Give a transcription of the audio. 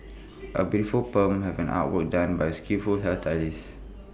A beautiful perm have an artwork done by A skilful hairstylist